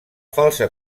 falsa